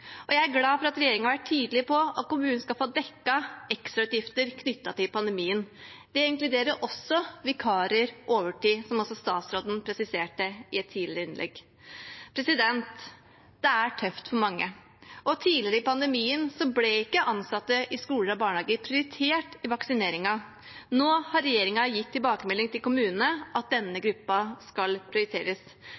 og jeg er glad for at regjeringen har vært tydelig på at kommunene skal få dekket ekstrautgifter knyttet til pandemien. Det inkluderer vikarer og overtid, noe som også statsråden presiserte i et tidligere innlegg. Det er tøft for mange, og tidligere i pandemien ble ikke ansatte i skoler og barnehager prioritert i vaksineringen. Nå har regjeringen gitt tilbakemelding til kommunene om at denne